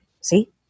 See